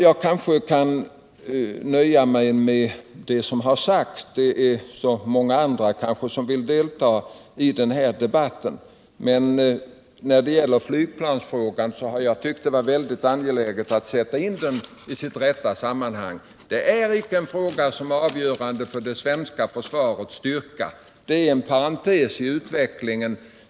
Jag kanske kan nöja mig med det som har sagts —-det är så många andra som vill delta i den här debatten. Jag har tyckt att det var väldigt angeläget att sätta in flygplansfrågan i sitt rätta sammanhang. Det är icke en fråga som är avgörande för det svenska försvarets styrka. Det är en parentes i utvecklingen.